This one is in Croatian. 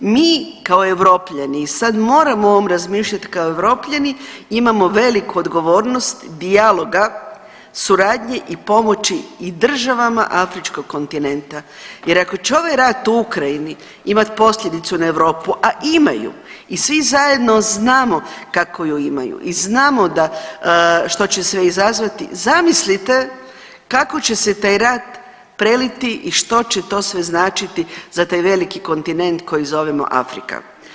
Mi kao Europljani i sad moramo o ovom razmišljati kao Europljani imamo veliku odgovornost dijaloga, suradnje i pomoći i državama Afričkog kontinenta jer ako će ovaj rat u Ukrajini imat posljedicu na Europu, a ima ju i svi zajedno znamo kako ju imaju i znamo što će sve izazvati zamislite kako će se taj rat preliti i što će sve to značiti za taj veliki kontinent koji zovemo Afrika.